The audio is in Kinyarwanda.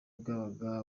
bwabaga